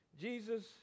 Jesus